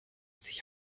sich